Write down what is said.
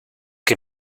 que